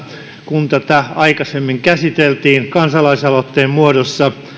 kun tätä aikaisemmin käsiteltiin kansalaisaloitteen muodossa